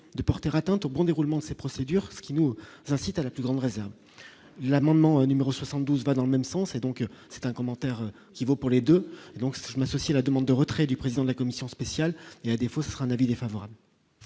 de porter atteinte au bon déroulement, ces procédures, ce qui nous incite à la plus grande réserve l'amendement numéro 72 va dans le même sens et donc c'est un commentaire qui vaut pour les 2 donc, si je m'associe la demande de retrait du président de la Commission spéciale, il y a défaut sera un avis défavorable.